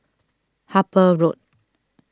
Harper Road